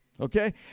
Okay